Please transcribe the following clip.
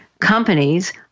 companies